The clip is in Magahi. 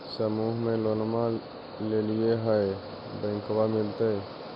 समुह मे लोनवा लेलिऐ है बैंकवा मिलतै?